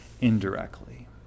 indirectly